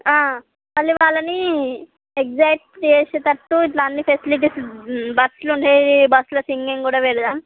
మళ్ళీ వాళ్ళని ఎగ్జాట్ చేసేటట్టు ఇట్లా అన్ని ఫెసిలిటీస్ బస్లోనే బస్లో సింగింగ్ కూడా పెడదాం